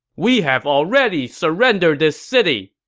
we have already surrendered this city!